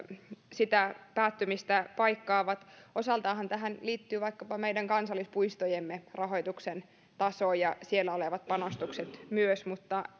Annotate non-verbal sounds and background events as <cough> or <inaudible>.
sitä päättymistä paikkaavat osaltaanhan tähän liittyy vaikkapa meidän kansallispuistojemme rahoituksen taso ja siellä olevat panostukset myös mutta <unintelligible>